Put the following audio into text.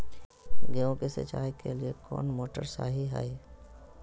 गेंहू के सिंचाई के लिए कौन मोटर शाही हाय?